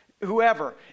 whoever